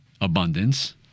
abundance